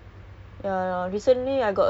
so kalau pay is not good